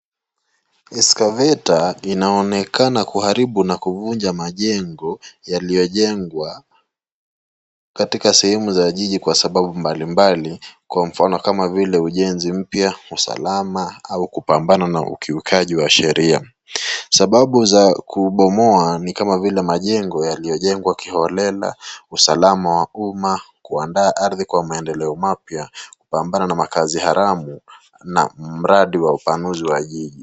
Escavator inaonekana kuharibu na kuvunja majengo yaliyojengwa katika sehemu za jiji kwa sababu mbalimbali kwa mfano kama vile ujenzi mpya, usalama au kupambana na ukiukaji wa sheria. Sababu za kubomoa ni kama vile majengo yaliyojengwa kiholela, usalama wa uma kuandaa ardhi kwa maendeleo mapya, kupambana na makaazi haramu na mradi wa upanuzi wa jiji.